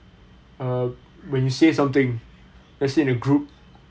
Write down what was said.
uh when you say something let's say in a group